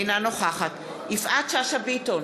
אינה נוכחת יפעת שאשא ביטון,